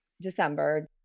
December